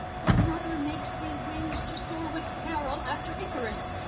thy mother makes thee wings to soar with peril after icarus,